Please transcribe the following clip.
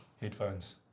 Headphones